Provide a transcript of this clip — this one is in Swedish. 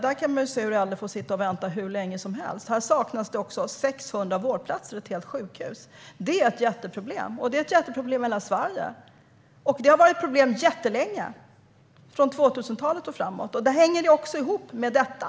Här kan äldre få sitta och vänta hur länge som helst, och här saknas också 600 vårdplatser - ett helt sjukhus. Det är ett jätteproblem, och det är ett jätteproblem i hela Sverige. Det har det varit länge, ända sedan början av 2000-talet. Det hänger också ihop med detta.